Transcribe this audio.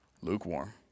lukewarm